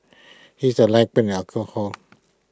he is A light be in alcohol